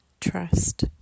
Trust